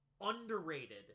underrated